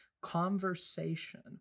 conversation